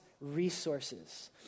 resources